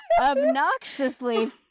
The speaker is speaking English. obnoxiously